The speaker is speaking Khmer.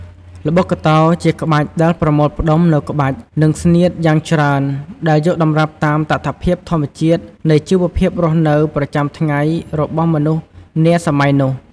ល្បុក្កតោជាក្បាច់ដែលប្រមូលផ្តុំនូវក្បាច់ និងស្នៀតយ៉ាងច្រើនដែលយកតម្រាប់តាមតថភាពធម្មជាតិនៃជីវភាពរស់នៅប្រចាំថ្ងៃរបស់មនុស្សនាសម័យនោះ។